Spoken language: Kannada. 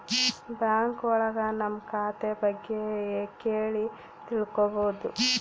ಬ್ಯಾಂಕ್ ಒಳಗ ನಮ್ ಖಾತೆ ಬಗ್ಗೆ ಕೇಳಿ ತಿಳ್ಕೋಬೋದು